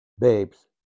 Babes